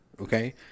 Okay